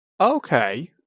okay